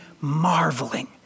marveling